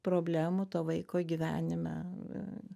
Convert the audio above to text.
problemų to vaiko gyvenime